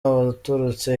abaturutse